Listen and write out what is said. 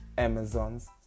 Amazon's